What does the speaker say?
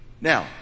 now